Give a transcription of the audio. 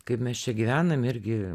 kaip mes čia gyvenam irgi